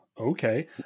Okay